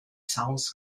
south